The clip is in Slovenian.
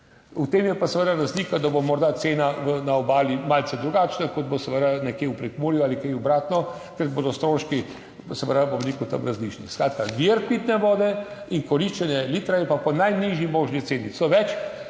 V tem je pa seveda razlika, da bo morda cena na obali malce drugačna, kot bo seveda nekje v Prekmurju ali kaj obratno, ker bodo stroški, se pravi, bom rekel, tam različni. Skratka, vir pitne vode in koriščenje litra je pa po najnižji možni ceni.